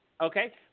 Okay